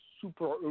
super